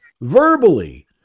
verbally